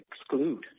exclude